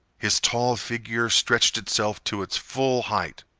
his tall figure stretched itself to its full height.